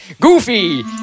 goofy